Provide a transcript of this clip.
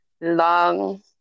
long